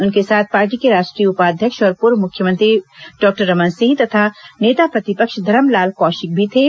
उनके साथ पार्टी के राष्ट्रीय उपाध्यक्ष और पूर्व मुख्यमंत्री डॉक्टर रमन सिंह तथा नेता प्रतिपक्ष धरमलाल कौशिक भी थे